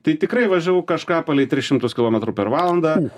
tai tikrai važiavau kažką palei tris šimtus kilometrų per valandą